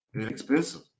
inexpensive